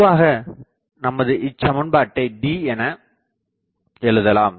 பொதுவாக நமது இச்சமண்பாட்டை D என எழுதலாம்